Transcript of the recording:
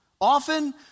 Often